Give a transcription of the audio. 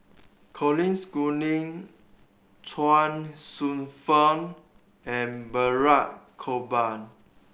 Colin Schooling Chuang Hsueh Fang and Balraj Gopal